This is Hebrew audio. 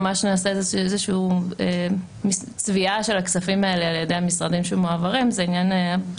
ממש נעשתה איזושהי צביעה של הכספים האלה על ידי המשרדים שמעבירים אותם,